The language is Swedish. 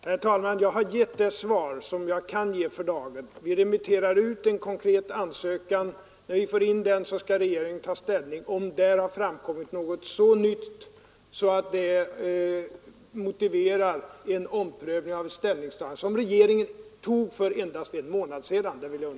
Herr talman! Jag har givit det svar vi kan ge för dagen. Konkreta ansökningar remitteras till vederbörande instans. När vi får in ärendet skall regeringen ta ställning till om det därvid har framkommit någon så ny omständighet att den motiverar en omprövning av ett beslut som — det vill jag understryka — regeringen fattade för endast en månad sedan.